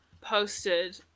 posted